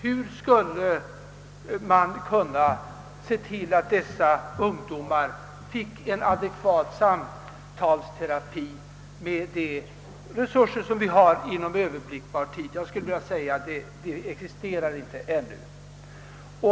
Hur skulle man kunna ge dessa ungdomar en adekvat samtalsterapi med de resurser, som inom en överblickbar framtid står oss till buds? Jag skulle vilja påstå att några sådana möjligheter ännu inte existerar.